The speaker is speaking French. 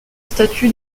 statut